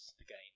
again